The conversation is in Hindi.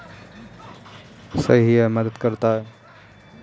डेयरी क्षेत्र के लिये ब्याज सबवेंशन रोजगार मे मदद करता है